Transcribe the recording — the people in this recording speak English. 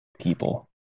people